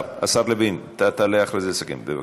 השר לוין, אתה תעלה אחרי זה לסכם, בבקשה.